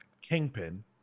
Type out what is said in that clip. Kingpin